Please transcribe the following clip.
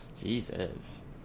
Jesus